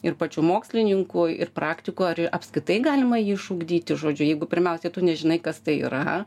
ir pačių mokslininkų ir praktikų ar j apskritai galima jį išugdyti žodžiu jeigu pirmiausiai tu nežinai kas tai yra